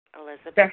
Elizabeth